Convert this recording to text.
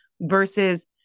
versus